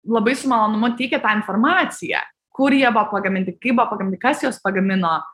labai su malonumu teikia tą informaciją kur jie buvo pagaminti kaip buvo pagaminti kas juos pagamino